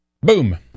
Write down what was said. Boom